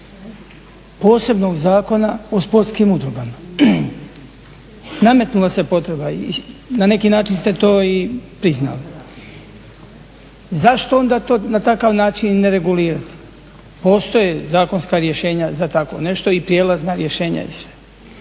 posebnog Zakona o sportskim udrugama. Nametnula se potreba i na neki način ste to i priznali. Zašto onda to na takav način ne regulirati? Postoje zakonska rješenja za tako nešto i prijelazna rješenja isto.